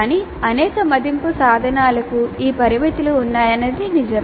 కానీ అనేక మదింపు సాధనాలకు ఈ పరిమితులు ఉన్నాయన్నది నిజం